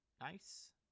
nice